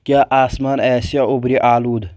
کیا آسمان آسِیاہ اوٚبرِ آلود